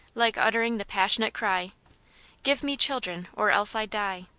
like uttering the pas sionate cry give me children, or else i die!